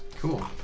Cool